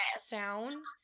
sound